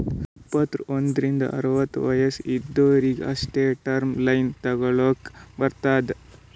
ಇಪ್ಪತ್ತು ಒಂದ್ರಿಂದ್ ಅರವತ್ತ ವಯಸ್ಸ್ ಇದ್ದೊರಿಗ್ ಅಷ್ಟೇ ಟರ್ಮ್ ಲೋನ್ ತಗೊಲ್ಲಕ್ ಬರ್ತುದ್